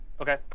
Okay